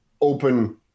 open